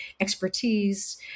expertise